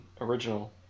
original